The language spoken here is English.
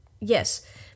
Yes